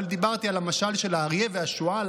אבל דיברתי על המשל של האריה והשועל,